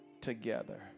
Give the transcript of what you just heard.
together